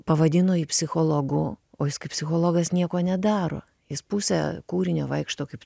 pavadino jį psichologu o jis kaip psichologas nieko nedaro jis pusę kūrinio vaikšto kaip